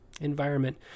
environment